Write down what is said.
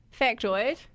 factoid